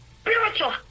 Spiritual